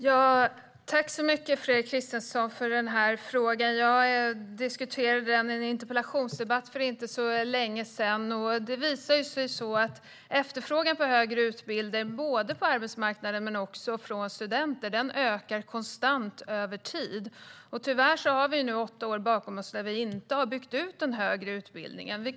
Herr talman! Jag tackar Fredrik Christensson för frågan. Jag diskuterade den i en interpellationsdebatt för inte så länge sedan. Det visar sig att efterfrågan på högre utbildning, både på arbetsmarknaden och från studenter, ökar konstant över tid. Tyvärr har vi nu åtta år bakom oss då den högre utbildningen inte har byggts ut.